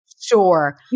Sure